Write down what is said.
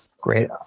Great